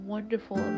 wonderful